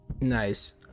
Nice